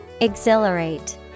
Exhilarate